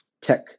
tech